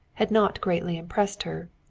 had not greatly impressed her.